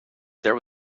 there